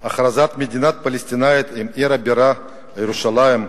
הכרזת מדינה פלסטינית, עם עיר הבירה ירושלים,